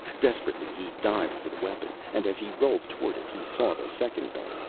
desperately he dived for the weapon, and as he rolled toward it he saw the second man,